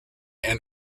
and